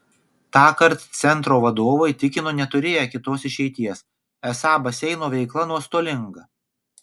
tąkart centro vadovai tikino neturėję kitos išeities esą baseino veikla nuostolinga